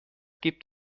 gibt